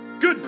Good